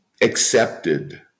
accepted